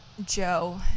Joe